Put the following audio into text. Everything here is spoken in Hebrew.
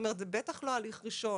זאת אומרת, זה בטח לא הליך ראשון,